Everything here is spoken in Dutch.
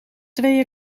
twee